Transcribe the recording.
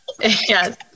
yes